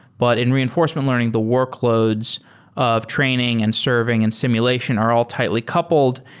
but in reinforcement learning, the workloads of training and serving and simulation are all tightly coupled.